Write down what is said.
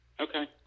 Okay